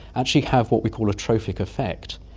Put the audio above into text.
actually have what we call a trophic effect.